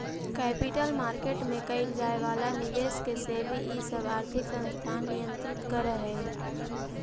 capital market में कैइल जाए वाला निवेश के सेबी इ सब आर्थिक संस्थान नियंत्रित करऽ हई